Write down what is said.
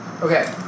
Okay